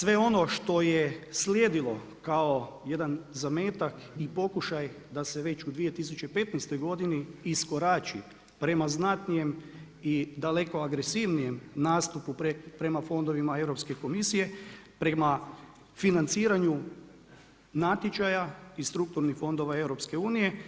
Dakle, sve ono što je slijedilo kao jedan zametak i pokušaj da se već u 2015. godini iskorači prema znatnijem i daleko agresivnijem nastupu prema fondovima Europske komisije, prema financiranju natječaja i strukturnih fondova EU.